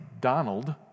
Donald